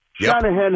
Shanahan